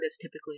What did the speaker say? typically